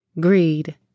greed